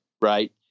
right